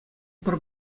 пӗр